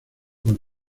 con